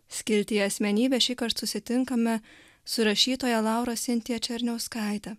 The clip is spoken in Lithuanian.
skirti į asmenybę šįkart susitinkame su rašytoja laura sintija černiauskaite